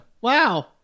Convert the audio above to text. Wow